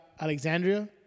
Alexandria